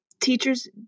teachers